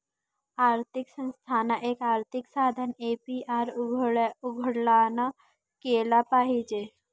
आर्थिक संस्थानांना, एक आर्थिक साधन ए.पी.आर उघडं केलं पाहिजे